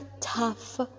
tough